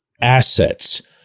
assets